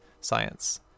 science